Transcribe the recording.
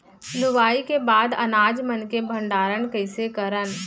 लुवाई के बाद अनाज मन के भंडारण कईसे करन?